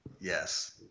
Yes